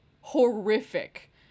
horrific